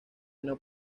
una